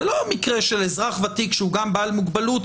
זה לא מקרה של אזרח ותיק שהוא גם בעל מוגבלות,